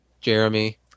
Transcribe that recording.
Jeremy